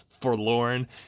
forlorn